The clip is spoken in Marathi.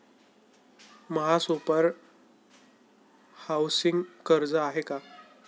महासुपर हाउसिंग कर्ज आहे का?